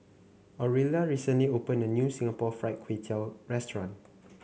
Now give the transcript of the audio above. Orilla recently opened a new Singapore Fried Kway Tiao Restaurant